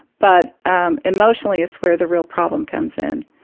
but um emotionally is where the real problem comes in,